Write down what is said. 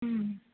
ಹ್ಞೂ